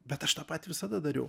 bet aš tą patį visada dariau